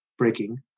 breaking